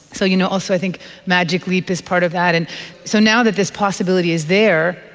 so you know also i think magic leap is part of that. and so now that this possibility is there,